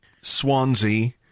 Swansea